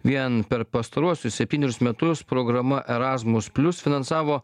vien per pastaruosius septynerius metus programa erasmus plius finansavo